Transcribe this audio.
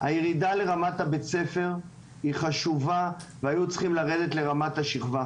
הירידה לרמת הבית ספר היא חשובה וטוב היה אם היו יורדים לרמת השכבה.